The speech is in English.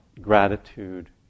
gratitude